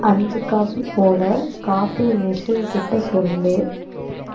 அஞ்சு காஃபி போட coffee machine கிட்ட சொல்